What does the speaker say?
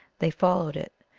they followed it,